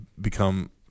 become